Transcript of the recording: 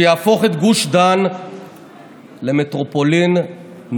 וזה יהפוך את גוש דן למטרופולין נורמלי,